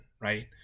Right